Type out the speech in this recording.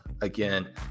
again